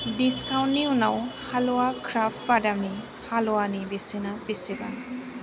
दिस्काउन्टनि उनाव हाल्वा क्राफ्ट बादामनि हालवानि बेसेना बेसेबां